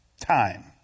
time